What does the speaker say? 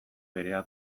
berea